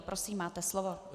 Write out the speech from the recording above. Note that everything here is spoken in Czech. Prosím, máte slovo.